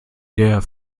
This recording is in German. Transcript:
der